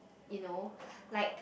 you know like